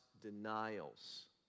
denials